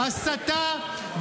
הסתה.